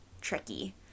tricky